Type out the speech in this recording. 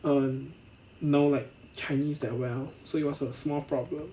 err know like chinese that well so it was a small problem